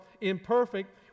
imperfect